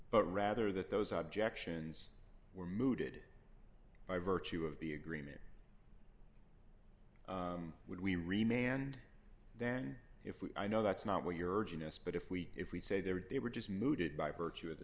but rather that those objections were mooted by virtue of the agreement would we remain and then if we i know that's not what you're urging us but if we if we say they would they were just mooted by virtue of the